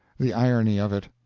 the irony of it!